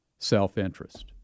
Self-interest